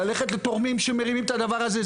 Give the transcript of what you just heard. ללכת לתורמים שמרימים את הדבר הזה.